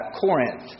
Corinth